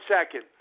second